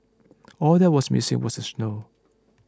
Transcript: all that was missing was the snow